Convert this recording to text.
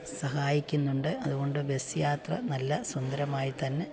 സഹായിക്കുന്നുണ്ട് അതുകൊണ്ട് ബസ് യാത്ര നല്ല സുന്ദരമായിത്തന്നെ